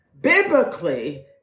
Biblically